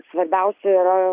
svarbiausia yra